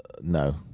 no